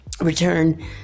return